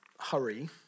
Hurry